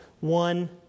One